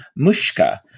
Mushka